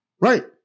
Right